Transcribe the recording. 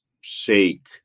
shake